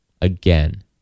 again